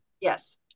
Yes